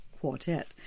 Quartet*